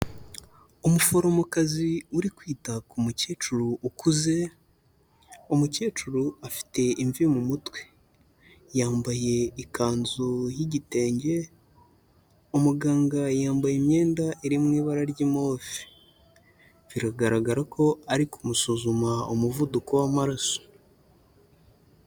Umuforomokazi uri kwita ku mukecuru ukuze, umukecuru afite imvi mu mutwe. Yambaye ikanzu y'igitenge, umuganga yambaye imyenda iri mu ibara rya move. Biragaragara ko ari kumusuzuma umuvuduko w'amaraso.